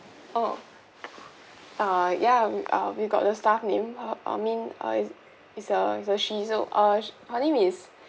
oh ah ya uh we got the staff name uh I mean uh is is a is a she is uh sh~ her name is